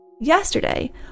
Yesterday